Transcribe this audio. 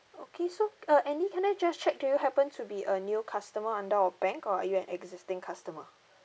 okay so uh andy can I just check do you happen to be a new customer under our bank or are you an existing customer